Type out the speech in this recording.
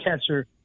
catcher